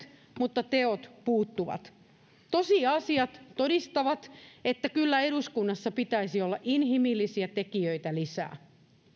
mutta teot puuttuvat tosiasiat todistavat että kyllä eduskunnassa pitäisi olla inhimillisiä tekijöitä lisää